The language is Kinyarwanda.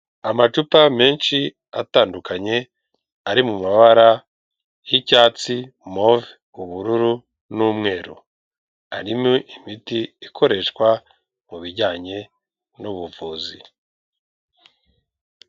Amacupa menshi atandukanye ari mu mabara y'icyatsi, move ubururu n'umweru arimo imiti ikoreshwa mubijyanye n'ubuvuzi.